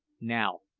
now,